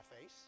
face